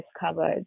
discovered